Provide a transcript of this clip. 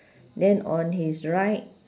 then on his right